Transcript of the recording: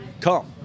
come